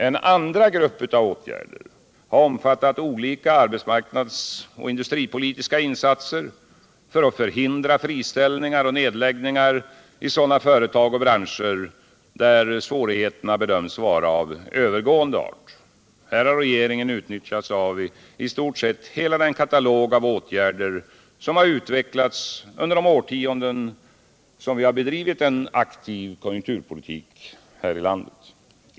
En andra grupp av åtgärder har omfattat olika arbetsmarknadsoch industripolitiska insatser för att förhindra friställningar och nedläggningar i sådana företag och branscher, där svårigheterna bedömts vara av övergående art. Här har regeringen utnyttjat i stort sett hela den katalog av åtgärder som utvecklats under de årtionden vi bedrivit en aktiv konjunkturpolitik här i landet.